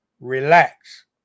relax